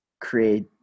create